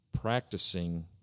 practicing